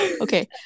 Okay